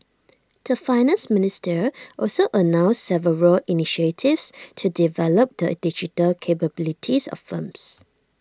the Finance Minister also announced several initiatives to develop the digital capabilities of firms